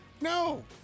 No